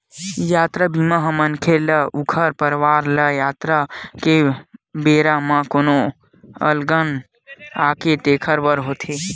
यातरा बीमा ह मनखे ल ऊखर परवार ल यातरा के बेरा म कोनो अलगन आगे तेखर बर होथे